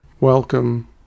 Welcome